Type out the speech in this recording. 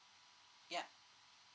yup